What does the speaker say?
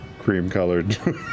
cream-colored